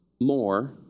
more